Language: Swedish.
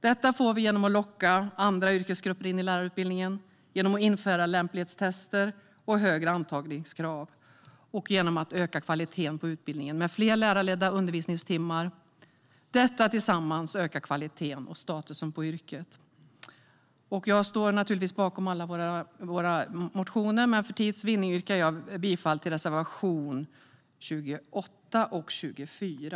Detta får vi genom att locka andra yrkesgrupper in i lärarutbildningen, genom att införa lämplighetstester och högre antagningskrav och genom att öka kvaliteten på utbildningen med fler lärarledda undervisningstimmar. Detta tillsammans ökar kvaliteten och statusen på yrket. Jag står naturligtvis bakom alla våra motioner, men för tids vinnande yrkar jag bifall endast till reservationerna 28 och 24.